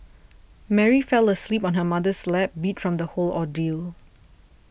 Mary fell asleep on her mother's lap beat from the whole ordeal